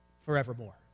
forevermore